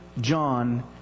John